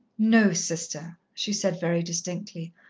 no, sister, she said very distinctly.